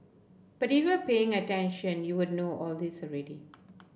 but if you were paying attention you will know all this already